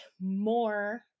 more